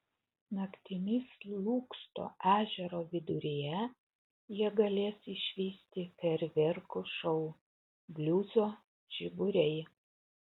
naktimis lūksto ežero viduryje jie galės išvysti fejerverkų šou bliuzo žiburiai